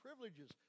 privileges